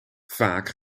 vaak